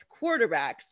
quarterbacks